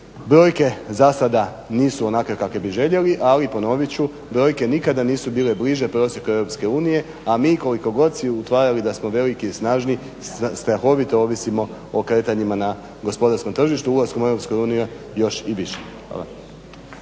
Brojke zasada nisu onakve kakve bi željeli ali ponovit ću brojke nikada nisu bile bliže prosjeku EU a mi koliko god si utvarali da smo veliki i snažni strahovito ovisimo o kretanjima na gospodarskom tržištu, ulaskom u EU još i više.